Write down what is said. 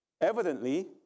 evidently